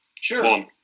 Sure